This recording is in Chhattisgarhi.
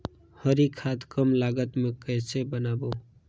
हरी खाद कम लागत मे कइसे बनाबो?